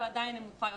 אבל עדיין נמוכה יותר.